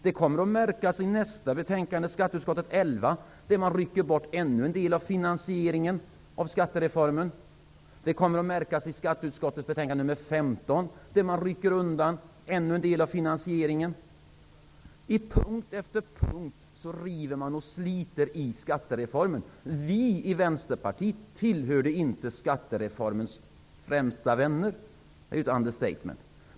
Det märks i det betänkande som skall debatteras härnäst, SkU11, där det föreslås att ännu en del av finansieringen av skattereformen skall ryckas bort. Det märks i skatteutskottets betänkande 15, där man rycker undan ännu en del av finansieringen. På punkt efter punkt river och sliter man i skattereformen. Vi i Vänsterpartiet tillhörde inte skattereformens främsta vänner. Det är ett understatement.